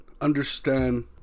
understand